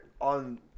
on